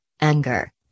anger